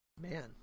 man